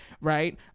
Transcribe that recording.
right